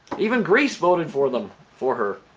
even greece voted for them for her!